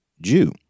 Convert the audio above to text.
Jew